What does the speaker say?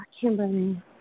kimberly